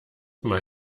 mal